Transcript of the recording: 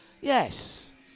yes